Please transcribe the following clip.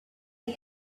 del